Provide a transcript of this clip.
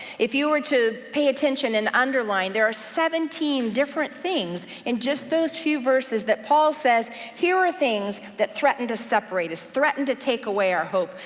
if you were to pay attention and underline, there are seventeen different things in just those few verses that paul says here are things that threaten to separate us, threaten to take away our hope,